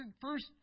first